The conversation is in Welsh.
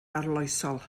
arloesol